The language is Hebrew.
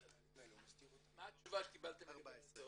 את --- מה התשובה שקיבלתם לגבי RSO?